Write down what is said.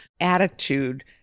attitude